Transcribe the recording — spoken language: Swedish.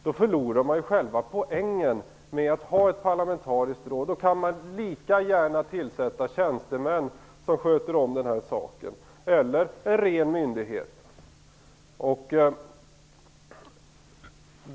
Då förlorar man ju själva poängen med att ha ett parlamentariskt råd. Då kan man lika gärna tillsätta tjänstemän som sköter om detta, eller en ren myndighet.